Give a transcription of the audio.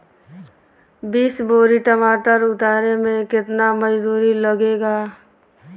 बीस बोरी टमाटर उतारे मे केतना मजदुरी लगेगा?